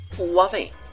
lovey